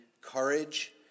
courage